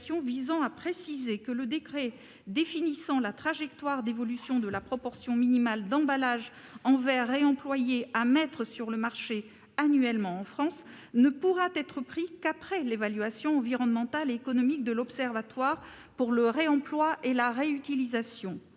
visant à préciser que le décret définissant la trajectoire d'évolution de la proportion minimale d'emballages en verre réemployés à mettre sur le marché annuellement en France ne pourra être pris qu'après l'évaluation environnementale et économique réalisée par l'observatoire du réemploi et de la réutilisation.